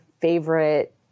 favorite